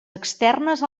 externes